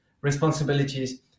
responsibilities